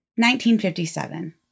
1957